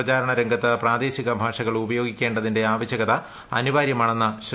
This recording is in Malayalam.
പ്രചാരണ രംഗ്ലിൽ പ്രാദേശിക ഭാഷകൾ ഉപയോഗിക്കേണ്ടതിന്റെ ആവശ്യകരിച്ച് അനിവാര്യമാണെന്ന് ശ്രീ